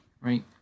right